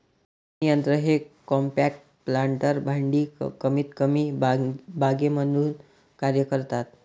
पेरणी यंत्र हे कॉम्पॅक्ट प्लांटर भांडी कमीतकमी बागे म्हणून कार्य करतात